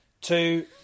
Two